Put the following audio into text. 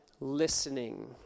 listening